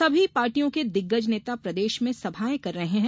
सभी पार्टियों के दिग्गज नेता प्रदेश में सभायें कर रहे हैं